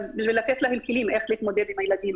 ולתת להם כלים איך להתמודד עם הילדים.